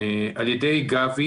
על ידי "גבי"